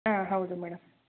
ಹಾಂ ಹೌದು ಮೇಡಮ್